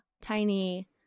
tiny